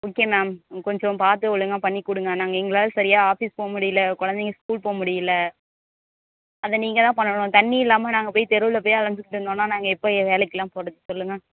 okay ma'am கொஞ்சம் பார்த்து ஒழுங்காக பண்ணி கொடுங்க நாங்கள் எங்களால் சரியா ஆஃபீஸ் போக முடியல குழந்தைங்க ஸ்கூல் போக முடியல அதை நீங்கள் தான் பண்ணனும் தண்ணி இல்லாமல் நாங்கள் போய் தெருவில் போயி அலைஞ்சிக்கிட்டு நின்னோம்னா நாங்கள் எப்போது ஏ வேலைக்கிலாம் போகிறது சொல்லுங்கள்